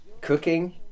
cooking